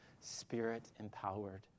spirit-empowered